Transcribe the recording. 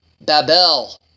Babel